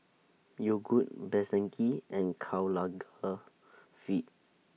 Yogood Best Denki and Karl Lagerfeld